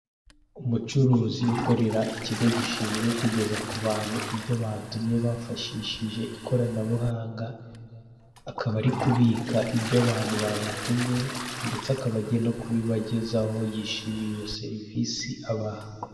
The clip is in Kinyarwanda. Umucuruzi ukorera ikigo gishinzwe kugeza kubantu ibyo batumye bifashishije ikoranabuhanga, akaba ari kubika ibyo abantu bamutumye ndetse akaba agiye no kubibagezaho ibyo bamutumye, yishimiye iyo serivise abaha.